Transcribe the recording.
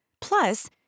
plus